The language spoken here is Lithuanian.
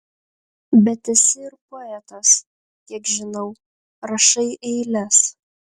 bet esi ir poetas kiek žinau rašai eiles